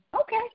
Okay